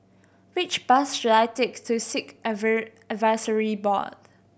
which bus should I take to Sikh Advisory Board